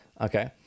Okay